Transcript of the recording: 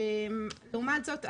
לעומת זאת,